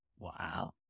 Wow